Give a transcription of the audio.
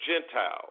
Gentiles